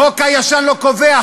החוק הישן לא קובע,